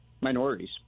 Minorities